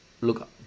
Look